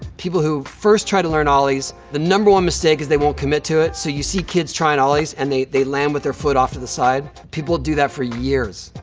people who first try to learn ollies, the number one mistake is they won't commit to it, so you see kids trying ollies, and they they land with their foot off to the side. people do that for years,